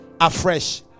afresh